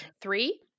Three